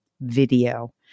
video